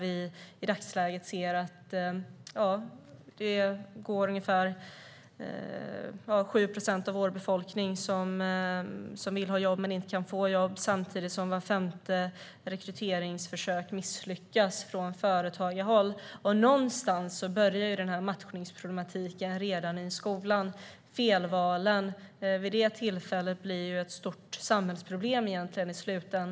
I dagsläget vill ca 7 procent av vår befolkning ha jobb men kan inte få jobb samtidigt som vart femte rekryteringsförsök från företagarhåll misslyckas. Matchningsproblematiken börjar redan i skolan. Felvalen blir i slutändan ett stort samhällsproblem.